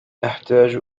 أحتاج